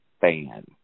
fan